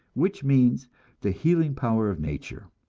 which means the healing power of nature.